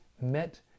met